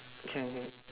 can can